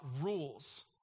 rules